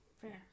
fair